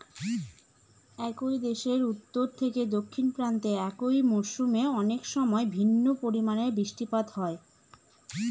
একই দেশের উত্তর থেকে দক্ষিণ প্রান্তে একই মরশুমে অনেকসময় ভিন্ন পরিমানের বৃষ্টিপাত হয়